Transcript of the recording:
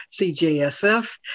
CJSF